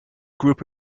group